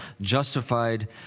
justified